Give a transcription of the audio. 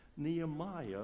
Nehemiah